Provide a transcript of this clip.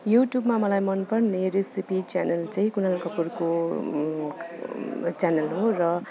युट्युबमा मलाई मनपर्ने रेसिपी च्यानल चाहिँ कुनाल कपूरको च्यानल हो र